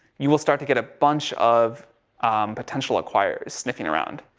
you will start to get a bunch of potential acquires sniffing around.